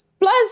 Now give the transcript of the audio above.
Plus